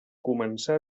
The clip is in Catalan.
començà